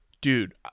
Dude